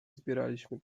zbieraliśmy